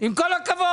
עם כל הכבוד.